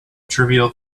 trivial